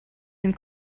den